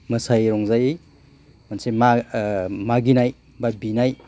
मोसायै रंजायै मोनसे मा मागिनाय बा बिनाय